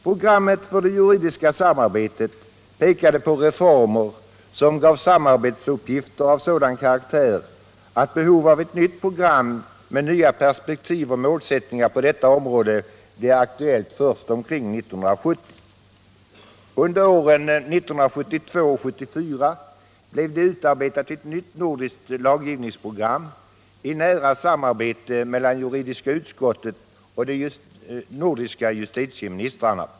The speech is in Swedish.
Programmet för det juridiska samarbetet pekade på reformer som gav samarbetsuppgifter av sådan karaktär att behov av ett nytt program med nya perspektiv och målsättningar på detta område blev aktuellt först omkring 1970. Under åren 1972-1974 blev det utarbetat ett nytt nordiskt lagstiftningsprogram i nära samarbete mellan juridiska utskottet och de nordiska justitieministrarna.